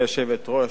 גברתי היושבת-ראש,